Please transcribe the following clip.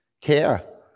care